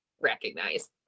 recognize